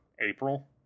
April